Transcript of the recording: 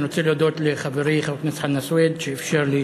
אני רוצה להודות לחברי חבר הכנסת חנא סוייד שאפשר לי